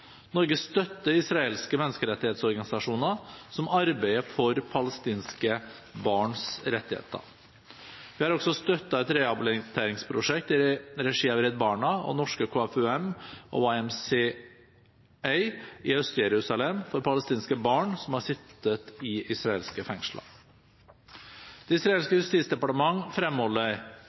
Norge støtter israelske menneskerettighetsorganisasjoner som arbeider for palestinske barns rettigheter. Vi har også støttet et rehabiliteringsprosjekt i regi av Redd Barna og norske KFUM og YMCA i Øst-Jerusalem for palestinske barn som har sittet i israelske fengsler. Det israelske justisdepartementet fremholder